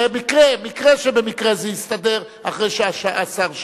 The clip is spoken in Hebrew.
זה מקרה שבמקרה זה הסתדר אחרי שהשר שאל,